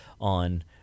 on